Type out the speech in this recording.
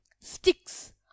sticks